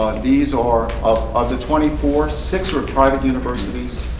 these are, of of the twenty four, six are private universities.